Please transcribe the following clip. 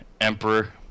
emperor